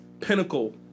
pinnacle